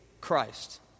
christ